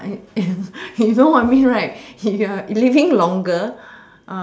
you know what I mean right ya living longer